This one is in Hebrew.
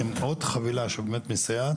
עוד חבילה שמסייעת